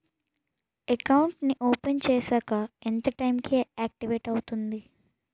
Account నీ open చేశాక ఎంత టైం కి ఆక్టివేట్ అవుతుంది?